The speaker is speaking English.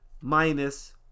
minus